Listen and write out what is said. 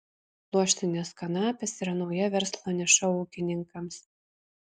pluoštinės kanapės yra nauja verslo niša ūkininkams